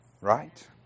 right